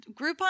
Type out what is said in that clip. Groupon